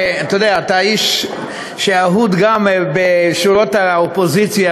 אתה איש שאהוד גם בשורות האופוזיציה,